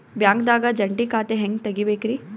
ಬ್ಯಾಂಕ್ದಾಗ ಜಂಟಿ ಖಾತೆ ಹೆಂಗ್ ತಗಿಬೇಕ್ರಿ?